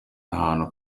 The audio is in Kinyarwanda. ahantu